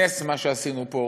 נס מה שעשינו פה